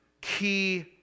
key